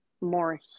more